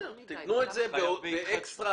התיקון שאני אקריא לא